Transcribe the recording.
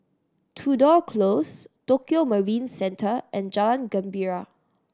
Tudor Close Tokio Marine Centre and Jalan Gembira